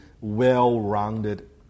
well-rounded